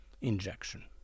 injection